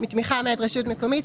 מתמיכה מאת רשות מקומית,